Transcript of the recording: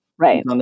Right